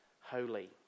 holy